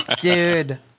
dude